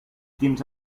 quins